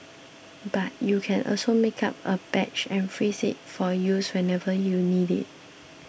but you can also make up a batch and freeze it for use whenever you need it